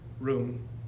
room